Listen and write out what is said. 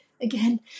Again